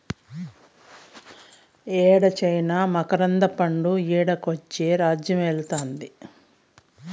యేడ చైనా మకరంద పండు ఈడకొచ్చి రాజ్యమేలుతాంది